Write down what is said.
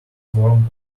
swarm